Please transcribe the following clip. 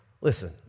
Listen